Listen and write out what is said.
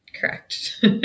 Correct